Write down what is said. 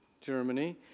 Germany